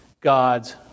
God's